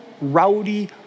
rowdy